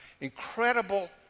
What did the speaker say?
incredible